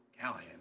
Callahan